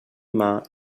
mar